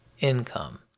income